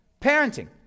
Parenting